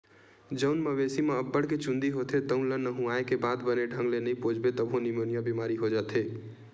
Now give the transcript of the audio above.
जउन मवेशी म अब्बड़ के चूंदी होथे तउन ल नहुवाए के बाद बने ढंग ले नइ पोछबे तभो निमोनिया बेमारी हो जाथे